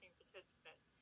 participants